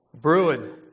Bruin